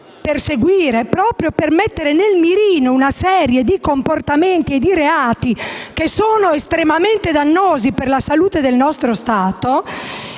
perseguire e mettere nel mirino una serie di comportamenti e di reati che sono estremamente dannosi per la salute del nostro Stato.